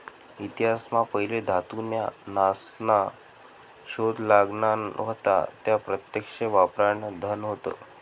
इतिहास मा पहिले धातू न्या नासना शोध लागना व्हता त्या प्रत्यक्ष वापरान धन होत